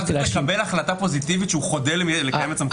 הוא צריך לקבל החלטה פוזיטיבית שהוא חדל מלקיים את סמכותו?